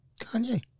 Kanye